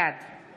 בעד